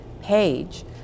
page